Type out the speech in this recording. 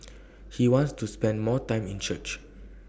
he wants to spend more time in church